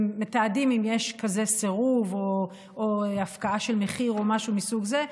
ומתעדים אם יש כזה סירוב או הפקעה של מחיר או משהו מסוג זה.